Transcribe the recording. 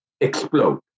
explode